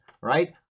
right